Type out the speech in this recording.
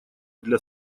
для